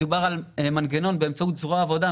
דובר על מנגנון באמצעות זרוע העבודה,